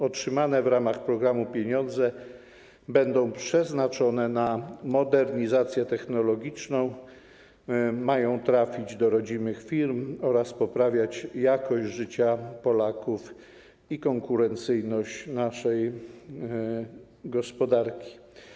Otrzymane w ramach programu pieniądze będą przeznaczone na modernizację technologiczną, mają trafić do rodzimych firm oraz poprawiać jakość życia Polaków i konkurencyjność naszej gospodarki.